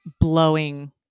blowing